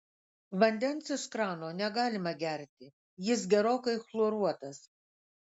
vandens iš krano negalima gerti jis gerokai chloruotas